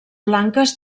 blanques